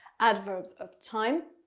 adverbs of time.